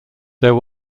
there